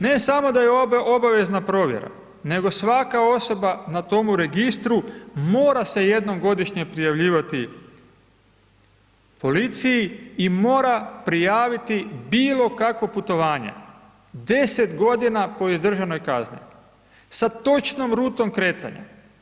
Ne samo da je obavezna provjera nego svaka osoba na tome registru mora se jednom godišnje prijavljivati policiji i mora prijaviti bilo kakvo putovanje, 10 godina po izdržanoj kazni sa točnom rutom kretanja.